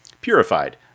purified